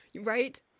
right